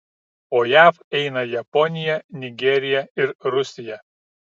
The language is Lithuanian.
po jav eina japonija nigerija ir rusija